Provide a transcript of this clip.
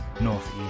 northeast